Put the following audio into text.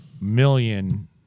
million